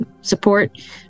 support